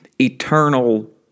eternal